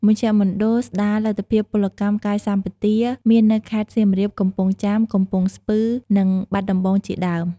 មជ្ឈមណ្ឌលស្តារលទ្ធភាពពលកម្មកាយសម្បទាមាននៅខេត្តសៀមរាប កំពង់ចាម កំពង់ស្ពឺ និងបាត់ដំបង់ជាដើម។